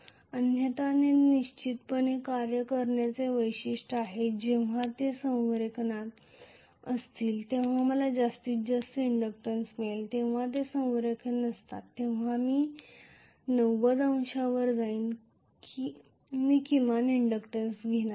अन्यथा ते निश्चितपणे कार्य करण्याचे वैशिष्ट्य आहे जेव्हा ते संरेखनात असतील तेव्हा मला जास्तीत जास्त इंडक्टन्स मिळेल जेव्हा ते संरेखित नसतात तेव्हा मी 90 अंशांवर जाईन मी किमान इंडक्टन्स घेणार आहे